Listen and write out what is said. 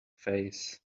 face